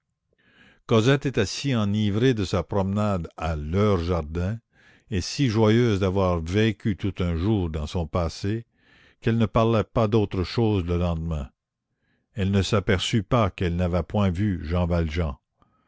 cosette était si enivrée de sa promenade à leur jardin et si joyeuse d'avoir vécu tout un jour dans son passé qu'elle ne parla pas d'autre chose le lendemain elle ne s'aperçut pas qu'elle n'avait point vu jean valjean